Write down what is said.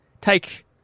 take